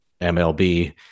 MLB